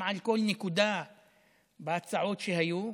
גם על כל נקודה בהצעות שהיו,